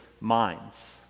Minds